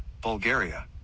Bulgaria